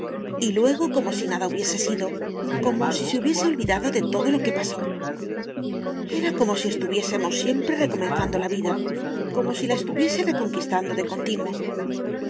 y luego como si nada hubiese sido como si se hubiese olvidado de todo lo que pasó era como si estuviésemos siempre recomenzando la vida como si la estuviese reconquistando de continuo